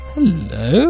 Hello